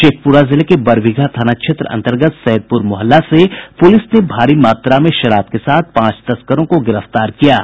शेखपुरा जिले के बरबीघा थाना क्षेत्र अंतर्गत सैदपुर मोहल्ला से पुलिस ने भारी मात्रा में शराब के साथ पांच तस्करों को गिरफ्तार किया है